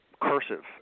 cursive